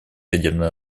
ядерное